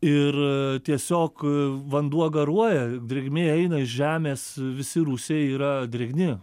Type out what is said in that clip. ir tiesiog vanduo garuoja drėgmė eina iš žemės visi rūsiai yra drėgni